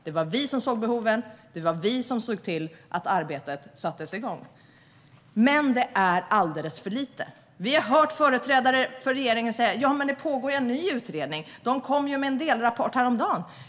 Det var vi som såg behoven, och det var vi som såg till att arbetet sattes igång. Det är dock alldeles för lite. Vi har hört företrädare för regeringen säga: Men det pågår ju en ny utredning; den kom med en delrapport häromdagen.